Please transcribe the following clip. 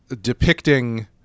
depicting